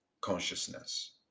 consciousness